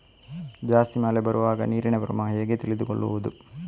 ಜಾಸ್ತಿ ಮಳೆ ಬರುವಾಗ ನೀರಿನ ಪ್ರಮಾಣ ಹೇಗೆ ತಿಳಿದುಕೊಳ್ಳುವುದು?